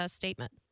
statement